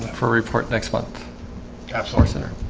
for a report next month capsule or center